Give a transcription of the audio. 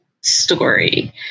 story